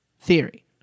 theory